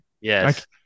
yes